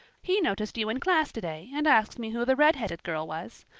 he noticed you in class today, and asked me who the red-headed girl was.